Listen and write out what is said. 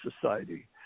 Society